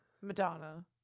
Madonna